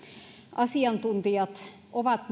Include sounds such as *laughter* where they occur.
asiantuntijat ovat *unintelligible*